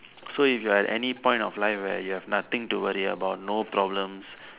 so if you are at any point of life where you have nothing to worry about no problems